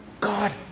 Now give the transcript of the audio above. God